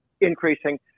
increasing